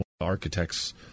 architects